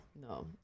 no